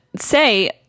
say